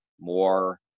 more